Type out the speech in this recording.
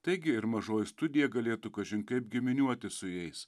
taigi ir mažoji studija galėtų kažin kaip giminiuotis su jais